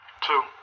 Two